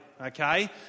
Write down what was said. okay